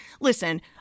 listen